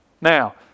Now